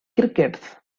crickets